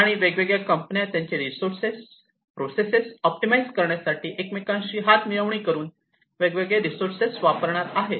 आणि ह्या वेगवेगळ्या कंपन्या त्यांचे रिसोर्सेस आणि प्रोसेसेस ऑप्टिमाइझ करण्यासाठी एकमेकांशी हात मिळवणी करून हे वेगवेगळे रिसोर्सेस वापरणार आहेत